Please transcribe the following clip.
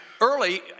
early